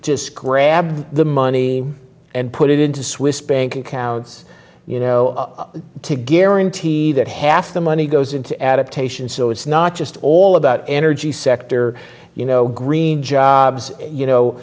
just grab the money and put it into swiss bank accounts you know to guarantee that half the money goes into adaptation so it's not just all about energy sector you know green jobs you know